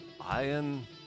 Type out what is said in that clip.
Iron